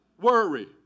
worry